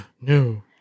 no